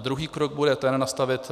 Druhý krok bude nastavit